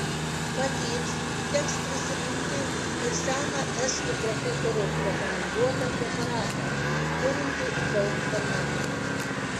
matyt teks prisiminti ir seną estų profesoriaus rekomenduotą preparatą turintį daug fermentų